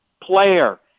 player